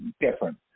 different